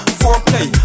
foreplay